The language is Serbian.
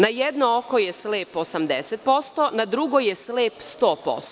Na jedno oko je slep 80%, na drugo je slep 100%